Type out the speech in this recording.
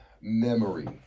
memory